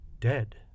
dead